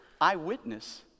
eyewitness